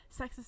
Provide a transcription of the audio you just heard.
sexist